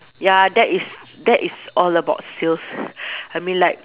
ya that is that is all about sales I mean like